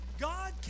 God